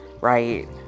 right